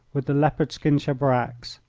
with the leopard-skin shabraques,